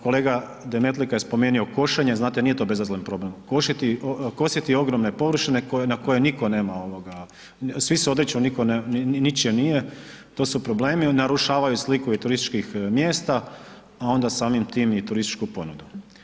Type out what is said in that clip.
Kolega Demetlika je spomenuo košenje, znate nije to bezazlen problem, kositi ogromne površine na koje niko nema, svi se odriču ničije nije, to su problemi, narušavaju sliku i turističkih mjesta, a onda samim tim i turističku ponudu.